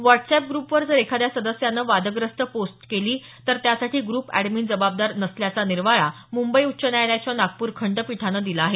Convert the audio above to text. WhatsApp ग्रुपवर जर एखाद्या सदस्याने वादग्रस्त पोस्ट केली तर त्यासाठी ग्रुप ऍडमिन जबाबदार नसल्याचा निर्वाळा मुंबई उच्च न्यायालयाच्या नागपूर खंडपीठानं दिला आहे